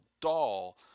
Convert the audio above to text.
doll